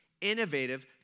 innovative